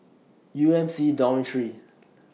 U M C Dormitory